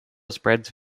spreads